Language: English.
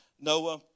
Noah